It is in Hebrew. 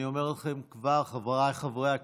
אני אומר לכם כבר, חבריי חברי הכנסת,